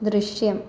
ദൃശ്യം